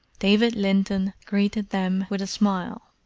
david linton greeted them with a smile.